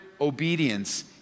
obedience